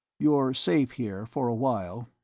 you're safe here, for a while,